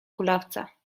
kulawca